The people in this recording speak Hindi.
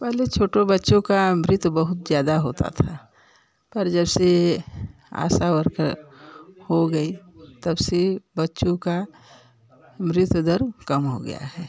पहले छोटे बच्चों का मृत बहुत ज़्यादा होता था पर जब से आशा वर्क हो गई तब से बच्चों का मृत दर कम हो गया है